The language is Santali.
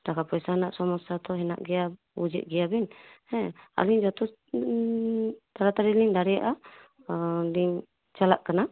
ᱴᱟᱠᱟ ᱯᱚᱭᱥᱟ ᱨᱮᱱᱟᱜ ᱥᱚᱢᱚᱥᱥᱟ ᱛᱚ ᱦᱮᱱᱟᱜ ᱜᱮᱭᱟ ᱵᱩᱡᱮᱫ ᱜᱮᱭᱟᱵᱤᱱ ᱦᱮᱸ ᱟᱹᱞᱤᱧ ᱡᱚᱛᱚ ᱛᱟᱲᱟᱛᱟᱹᱲᱤᱞᱤᱧ ᱫᱟᱲᱮᱭᱟᱜᱼᱟ ᱟᱹᱞᱤᱧ ᱪᱟᱞᱟᱜ ᱠᱟᱱᱟ ᱟᱨ